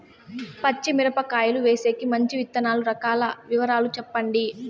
పచ్చి మిరపకాయలు వేసేకి మంచి విత్తనాలు రకాల వివరాలు చెప్పండి?